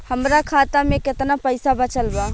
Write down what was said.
हमरा खाता मे केतना पईसा बचल बा?